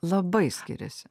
labai skiriasi